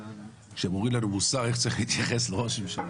שהם מטיפים לנו מוסר איך צריך להתייחס לראש ממשלה.